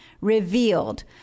Revealed